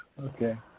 Okay